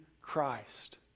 Christ